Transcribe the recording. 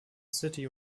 city